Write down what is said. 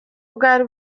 bwari